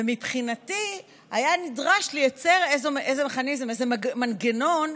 מבחינתי היה נדרש לייצר איזה מכניזם, איזה מנגנון,